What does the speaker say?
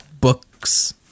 books